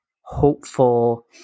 hopeful